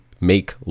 make